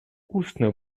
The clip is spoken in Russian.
устную